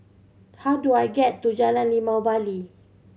how do I get to Jalan Limau Bali